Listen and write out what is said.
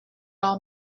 all